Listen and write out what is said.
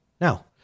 Now